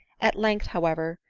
at length, however,